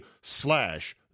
slash